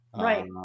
Right